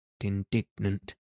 indignant